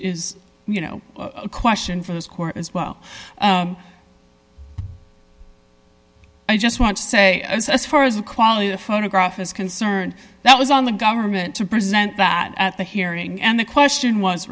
is you know a question for this court as well i just want to say as far as the quality of photograph is concerned that was on the government to present that at the hearing and the question was